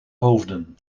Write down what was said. hoofden